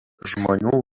žmonių